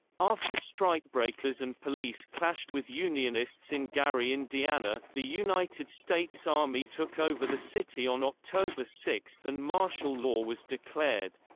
after strikebreakers and police clashed with unionists in gary, indiana, the united states army took over the city on october six and martial law was declared.